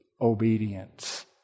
obedience